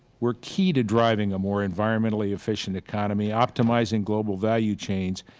we are key to driving a more environmentally efficient economy, optimizing global value change,